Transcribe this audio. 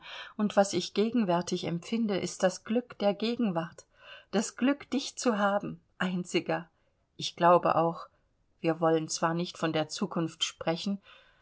und was ich gegenwärtig empfinde ist das glück der gegenwart das glück dich zu haben einziger ich glaube auch wir wollen zwar nicht von der zukunft sprechen